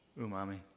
umami